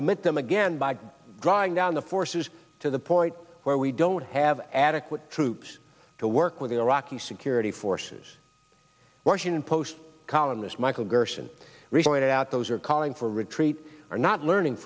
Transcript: commit them again by drawing down the forces to the point where we don't have adequate troops to work with the iraqi security forces washington post columnist michael gerson recently it out those are calling for retreat are not learning